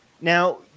Now